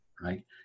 right